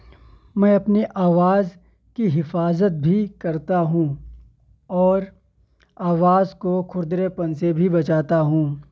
میں اپنی آواز کی حفاظت بھی کرتا ہوں اور آواز کو کھردرے پن سے بھی بچاتا ہوں